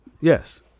Yes